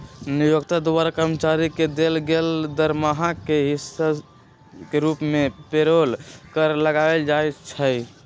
नियोक्ता द्वारा कर्मचारी के देल गेल दरमाहा के हिस के रूप में पेरोल कर लगायल जाइ छइ